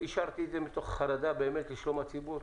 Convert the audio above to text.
אישרתי את זה באמת מתוך חרדה לשלום הציבור,